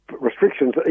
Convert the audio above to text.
restrictions